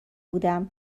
بودم